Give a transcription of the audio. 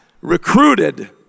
recruited